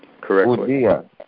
correctly